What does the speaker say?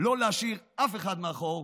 לא להשאיר אף אחד מאחור,